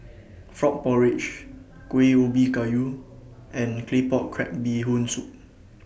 Frog Porridge Kueh Ubi Kayu and Claypot Crab Bee Hoon Soup